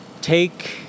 take